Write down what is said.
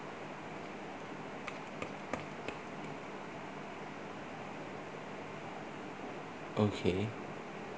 okay